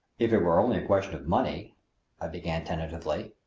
if it were only a question of money i began tentatively.